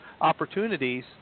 opportunities